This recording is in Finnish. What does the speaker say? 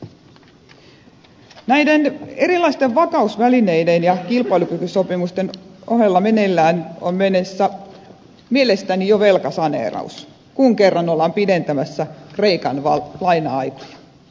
näiden erilaisten vakausvälineiden ja kilpailukykysopimusten ohella meneillään on mielestäni jo velkasaneeraus kun kerran ollaan pidentämässä kreikan laina aikoja